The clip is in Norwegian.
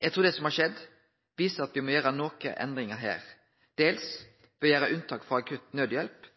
Eg trur det som har skjedd, viser at me må gjere nokre endringar her, dels ved å gjere unntak for akutt nødhjelp,